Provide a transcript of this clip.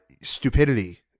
stupidity